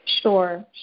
Sure